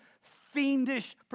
fiendish